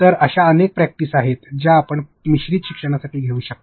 तर अशा अनेक प्रॅक्टिस आहेत ज्या आपण मिश्रित शिक्षणासाठी घेऊ शकता